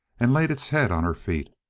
and laid its head on her feet.